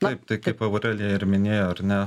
taip tai kaip aurelija ir minėjo ar ne